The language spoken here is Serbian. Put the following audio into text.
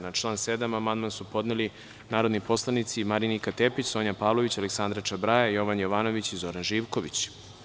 Na član 7. amandman su zajedno podneli narodni poslanici Marinika Tepić, Sonja Pavlović, Aleksandra Čobraja, Jovan Jovanović i Zoran Živković.